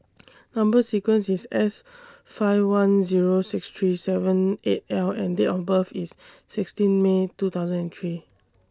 Number sequence IS S five one Zero six three seven eight L and Date of birth IS sixteen May two thousand and three